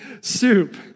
soup